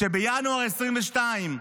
שבינואר 2022,